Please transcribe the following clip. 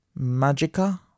Magica